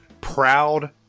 proud